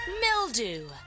mildew